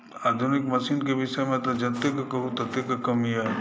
आधुनिक मशीन क विषयमे तऽ जतेक कहु ततेक कम अछि